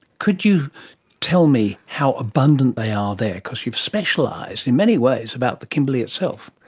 could you tell me how abundant they are there? because you've specialised, in many ways, about the kimberley itself.